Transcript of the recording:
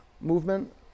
movement